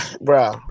bro